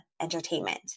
entertainment